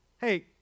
hey